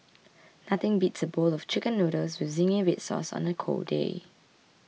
nothing beats a bowl of Chicken Noodles with Zingy Red Sauce on a cold day